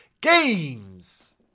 Games